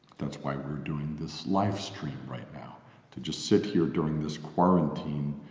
that's why we're doing this live-stream right now to just sit here during this quarantine,